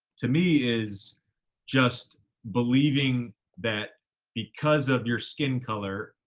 to me is just believing that because of your skin color,